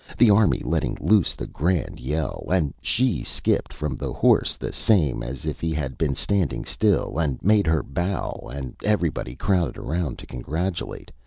the army letting loose the grand yell, and she skipped from the horse the same as if he had been standing still, and made her bow, and everybody crowded around to congratulate,